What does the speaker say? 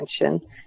attention